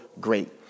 great